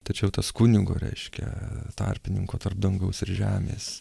tačiau tas kunigo reiškia tarpininko tarp dangaus ir žemės